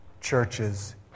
churches